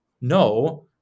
No